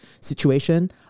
situation